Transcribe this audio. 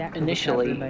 initially